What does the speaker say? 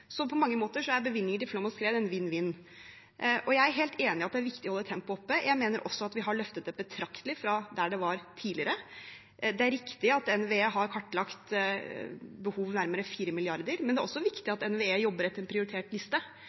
Så på mange måter er bevilgninger til flom- og skredtiltak vinn-vinn-tiltak. Jeg er helt enig i at det er viktig å holde tempoet oppe. Jeg mener også at vi har løftet det betraktelig fra der det var tidligere. Det er riktig at NVE har kartlagt behovet til å være nærmere 4 mrd. kr. Men det er også viktig at NVE jobber etter en prioritert liste,